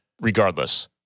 regardless